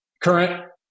Current